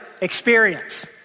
experience